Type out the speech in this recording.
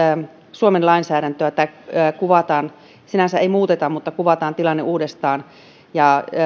suomen lainsäädäntöä sinänsä ei muuteta mutta kuvataan tilanne uudestaan ja